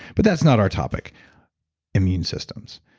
but that's not our topic immune systems.